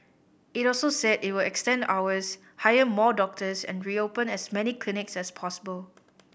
it also said it will extend hours hire more doctors and reopen as many clinics as possible